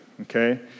okay